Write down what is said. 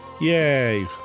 yay